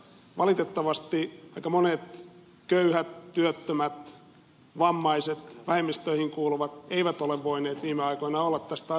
valitettavasti aika monet köyhät työttömät vammaiset vähemmistöihin kuuluvat eivät ole voineet viime aikoina olla tästä aivan vakuuttuneita